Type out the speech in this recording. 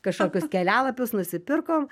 kažkokius kelialapius nusipirkom